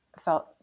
felt